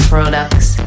Products